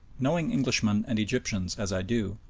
knowing englishmen and egyptians as i do,